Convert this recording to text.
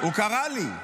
הוא קרא לי.